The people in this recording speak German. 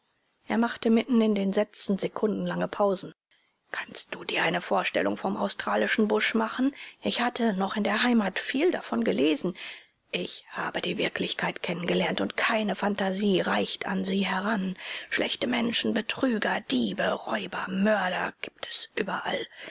er machte mitten in den sätzen sekundenlange pausen kannst du dir eine vorstellung vom australischen busch machen ich hatte noch in der heimat viel davon gelesen ich habe die wirklichkeit kennengelernt und keine phantasie reicht an sie heran schlechte menschen betrüger diebe räuber mörder gibt es überall